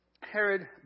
Herod